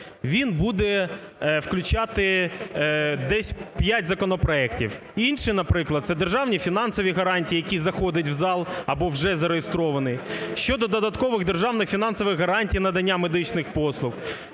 він буде включати десь 5 законопроектів. Інший, наприклад, це державні фінансові гарантії, який заходить в зал або вже зареєстрований; щодо додаткових державних фінансових гарантій надання медичних послуг;